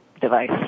device